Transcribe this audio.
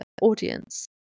audience